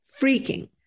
freaking